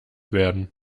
werden